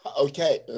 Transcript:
okay